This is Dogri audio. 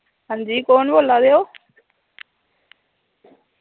हांजी कौन बोल्ला दे ओ